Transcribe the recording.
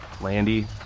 Landy